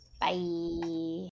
Bye